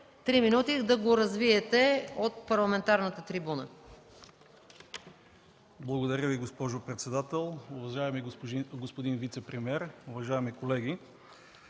три минути да го развиете от парламентарната трибуна.